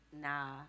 Nah